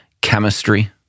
chemistry